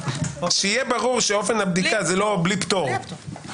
--- שיהיה ברור ש-"אופן הבדיקה" זה בלי פטור,